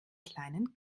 kleinen